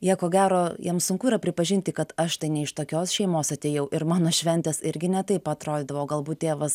jie ko gero jiem sunku yra pripažinti kad aš tai ne iš tokios šeimos atėjau ir mano šventės irgi ne taip atrodydavo galbūt tėvas